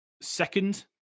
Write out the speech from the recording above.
second